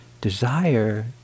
desire